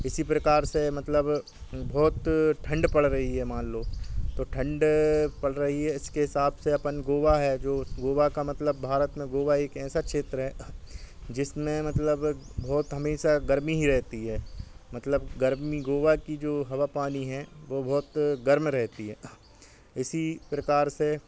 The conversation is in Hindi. इसी प्रकार से मतलब बहुत ठंड पड़ रही है मान लो तो ठंड पड़ रही है इसके हिसाब से अपन गोवा है जो गोवा का मतलब भारत में गोवा एक ऐसा क्षेत्र है जिसमें मतलब बहुत हमेशा गर्मी ही रहती है मतलब गर्मी गोवा की जो हवा पानी है वे बहुत गर्म रहती है इसी प्रकार से